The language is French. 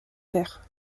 père